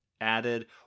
added